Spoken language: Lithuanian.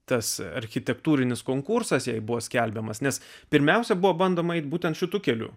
tas architektūrinis konkursas jai buvo skelbiamas nes pirmiausia buvo bandoma eiti būtent šituo keliu